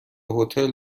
هتل